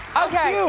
okay,